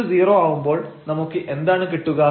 fx0 ആവുമ്പോൾ നമുക്ക് എന്താണ് കിട്ടുക